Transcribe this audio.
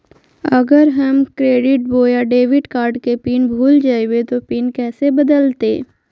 अगर हम क्रेडिट बोया डेबिट कॉर्ड के पिन भूल जइबे तो पिन कैसे बदलते?